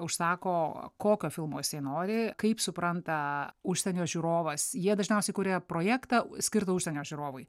užsako kokio filmo jisai nori kaip supranta užsienio žiūrovas jie dažniausiai kuria projektą skirtą užsienio žiūrovui